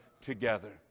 together